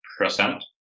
percent